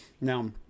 Now